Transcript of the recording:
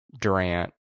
durant